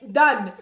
done